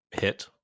hit